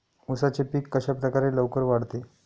उसाचे पीक कशाप्रकारे लवकर वाढते?